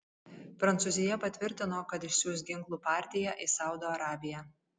prancūzija patvirtino kad išsiųs ginklų partiją į saudo arabiją